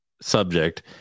subject